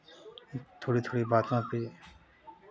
थोड़ी थोड़ी बातों पे